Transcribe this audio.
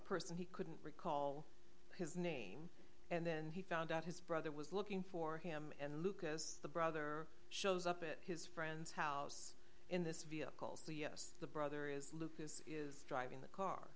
person he couldn't recall his name and then he found out his brother was looking for him and lucas the brother shows up at his friend's house in this vehicles the yes the brother is look this is driving the car